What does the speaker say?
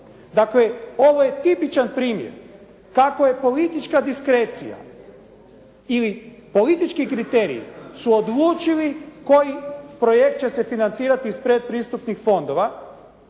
Dakle ovo je tipičan primjer kako je politička diskrecija ili politički kriteriji su odlučili koji projekt će se financirati iz predpristupnih fondova.